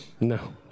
No